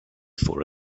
for